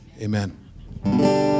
amen